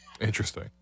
Interesting